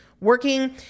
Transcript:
working